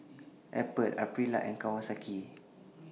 Apple Aprilia and Kawasaki